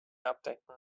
abdecken